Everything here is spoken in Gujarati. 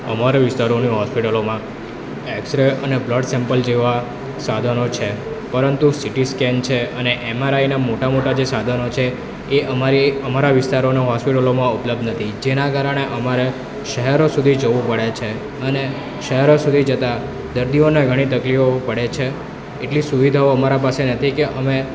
અમારી વિસ્તારોની હોસ્પિટલોમાં એક્સરે અને બ્લડ સેમ્પલ જેવા સાધનો છે પરંતુ સિટી સ્કેન છે અને એમઆરઆઈનાં મોટા મોટા જે સાધનો છે એ અમારી અમારા વિસ્તારોની હોસ્પિટલોમાં ઉપલબ્ધ નથી જેના કારણે અમારે શહેરો સુધી જવું પડે છે અને શહેરો સુધી જતાં દર્દીઓને ઘણી તકલીફો પડે છે એટલી સુવિધાઓ અમારા પાસે નથી કે અમે